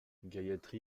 gayathri